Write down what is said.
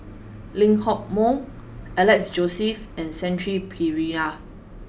Lee Hock Moh Alex Josey and Shanti Pereira